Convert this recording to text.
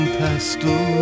pastel